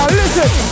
listen